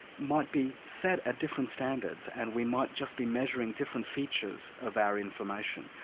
might be set at different standards, and we might just be measuring different features of our information,